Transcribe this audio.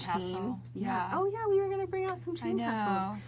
tassel. um yeah oh yeah, we were gonna bring out some chain yeah